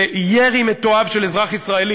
לירי מתועב על אזרח ישראלי.